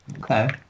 Okay